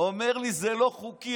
ואומר לי: זה לא חוקי.